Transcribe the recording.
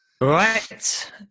Right